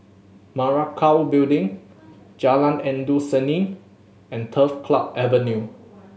Parakou Building Jalan Endut Senin and Turf Club Avenue